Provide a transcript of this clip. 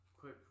Quick